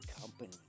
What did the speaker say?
company